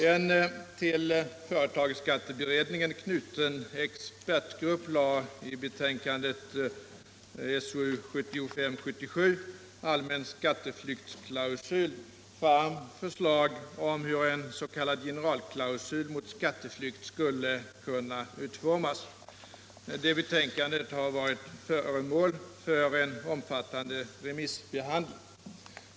En till företagsskatteberedningen knuten expertgrupp lade i betänkandet Allmän skatteflyktsklausul fram förslag om hur en s.k. generalklausul mot skatteflykt skulle kunna utformas. Betänkandet har varit föremål för en omfattande remissbehandling.